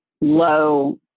low